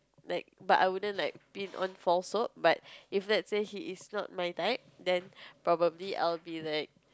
like but I wouldn't like be on false hopes but lets say if he is not my type then probably I'll be like